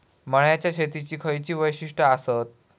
मळ्याच्या शेतीची खयची वैशिष्ठ आसत?